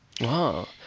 Wow